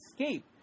escape